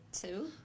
two